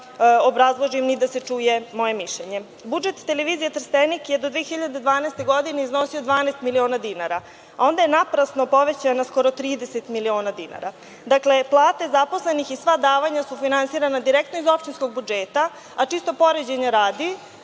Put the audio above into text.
obrazložim, ni da se čuje moje mišljenje. Budžet Televizije Trstenik je do 2012. godine je iznosio 12 miliona dinara, a onda je naprasno povećan na 30 miliona dinara. Plate zaposlenih i sva davanja su finansirana direktno iz opštinskog budžeta. Čisto poređenja radi,